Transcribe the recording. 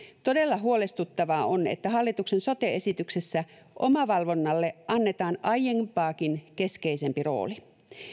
todella huolestuttavaa on että hallituksen sote esityksessä omavalvonnalle annetaan aiempaakin keskeisempi rooli